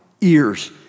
ears